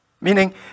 meaning